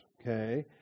okay